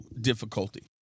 difficulty